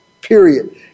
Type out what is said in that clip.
period